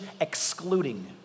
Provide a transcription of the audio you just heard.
excluding